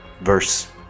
Verse